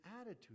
attitude